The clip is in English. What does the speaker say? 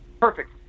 perfect